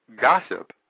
gossip